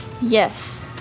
yes